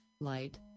Light